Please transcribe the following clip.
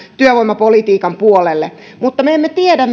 työvoimapolitiikan puolelle mutta me emme tiedä